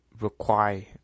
Require